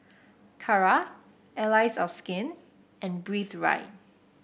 Kara Allies of Skin and Breathe Right